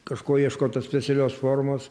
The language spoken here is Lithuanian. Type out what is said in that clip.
kažko ieškota specialios formos